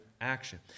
action